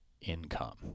income